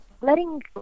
letting